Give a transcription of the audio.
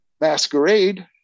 masquerade